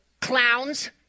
clowns